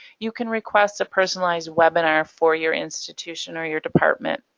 you can request a personalized webinar for your institution or your department.